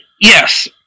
Yes